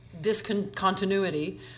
discontinuity